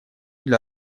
для